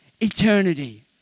eternity